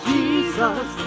Jesus